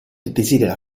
desidera